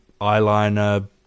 eyeliner